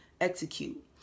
execute